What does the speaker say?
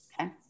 Okay